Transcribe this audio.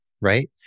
right